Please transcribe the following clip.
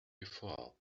before